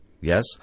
Yes